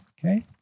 okay